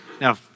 Now